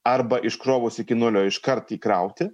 arba iškrovus iki nulio iškart įkrauti